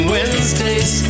Wednesdays